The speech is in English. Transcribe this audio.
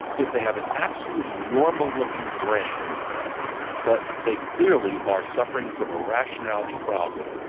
if they have an absolutely normal looking brain but they clearly are suffering from a rationality problem,